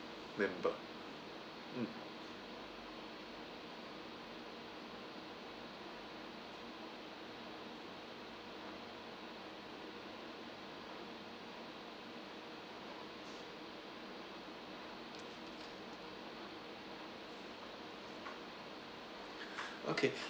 member mm okay